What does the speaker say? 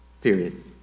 period